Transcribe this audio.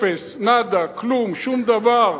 אפס, נאדה, כלום, שום דבר.